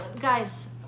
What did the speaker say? Guys